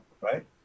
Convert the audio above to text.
Right